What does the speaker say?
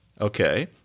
Okay